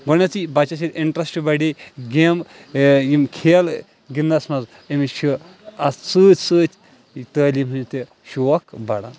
گۄڈنٮ۪تٕے بَچَس ییٚلہِ اِنٹرٛیٚسٹ بَڈِ گیم یِم کھیلہٕ گِنٛدنَس منٛز أمِس چھِ اَتھ سۭتۍ سۭتۍ تعلیٖم ہنٛز تہِ شوق بَڈان